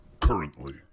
currently